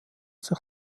sich